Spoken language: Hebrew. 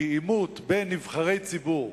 כי עימות בין נבחרי ציבור,